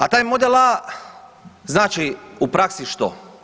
A taj model A znači u praksi što?